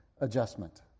adjustment